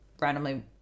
randomly